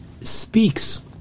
speaks